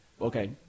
Okay